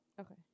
Okay